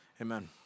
amen